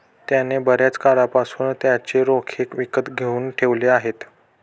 त्याने बर्याच काळापासून त्याचे रोखे विकत घेऊन ठेवले आहेत